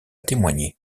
témoigner